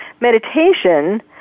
meditation